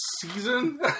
season